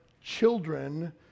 children